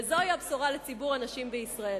וזו הבשורה לציבור הנשים בישראל.